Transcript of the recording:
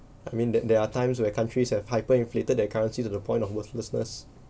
I mean that there are times where countries have hyper inflated that currency to the point of worthlessness